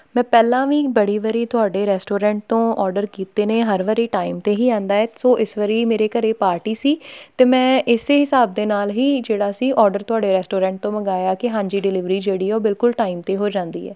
ਮੈਂ ਪਹਿਲਾਂ ਵੀ ਬੜੀ ਵਾਰੀ ਤੁਹਾਡੇ ਰੈਸਟੋਰੈਂਟ ਤੋਂ ਔਡਰ ਕੀਤੇ ਨੇ ਹਰ ਵਾਰੀ ਟਾਈਮ 'ਤੇ ਹੀ ਆਉਂਦਾ ਹੈ ਸੋ ਇਸ ਵਾਰੀ ਮੇਰੇ ਘਰ ਪਾਰਟੀ ਸੀ ਅਤੇ ਮੈਂ ਇਸੇ ਹਿਸਾਬ ਦੇ ਨਾਲ ਹੀ ਜਿਹੜਾ ਸੀ ਔਡਰ ਤੁਹਾਡੇ ਰੈਸਟੋਰੈਂਟ ਤੋਂ ਮੰਗਵਾਇਆ ਕਿ ਹਾਂਜੀ ਡਿਲੀਵਰੀ ਜਿਹੜੀ ਉਹ ਬਿਲਕੁਲ ਟਾਈਮ 'ਤੇ ਉਹ ਜਾਂਦੀ ਹੈ